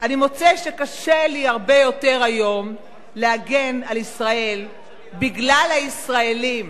אני מוצא שקשה לי הרבה יותר היום להגן על ישראל בגלל הישראלים.